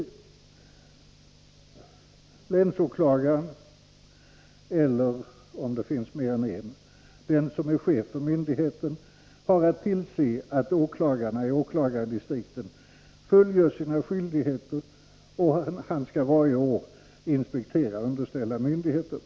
Onsdagen den Länsåklagaren eller, om det finns mer än en, den som är chef för 30 november 1983 myndigheten har att tillse, att åklagarna i åklagardistrikten fullgör sina skyldigheter, och han skall varje år inspektera underställda myndigheter.